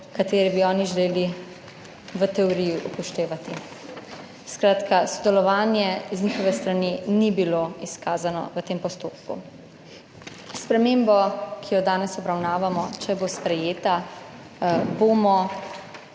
ki bi jih oni želeli v teoriji upoštevati. Skratka, sodelovanje z njihove strani ni bilo izkazano v tem postopku. S spremembo, ki jo danes obravnavamo, če bo sprejeta, bomo,